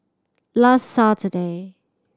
last Saturday